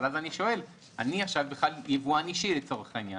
אני שואל: אני עכשיו יבואן אישי לצורך העניין,